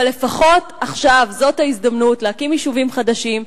אבל לפחות עכשיו זאת ההזדמנות להקים יישובים חדשים,